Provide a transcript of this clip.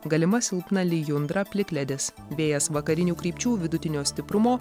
galima silpna lijundra plikledis vėjas vakarinių krypčių vidutinio stiprumo